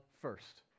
first